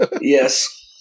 Yes